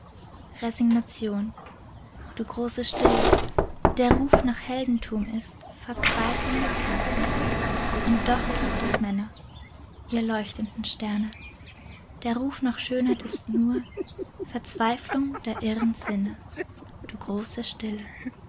resignation du große stille der ruf nach heldentum ist verzweiflung des herzens und doch gibt es männer ihr leuchtenden sterne der ruf nach schönheit ist nur verzweiflung der irren sinne du große stille